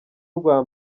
rwa